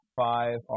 five